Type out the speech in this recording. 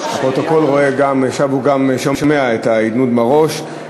הפרוטוקול רואה ועכשיו הוא גם שומע את ההנהון בראש.